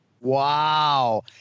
Wow